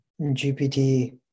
GPT